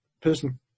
person